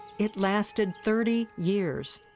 it lasted thirty years.